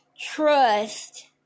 trust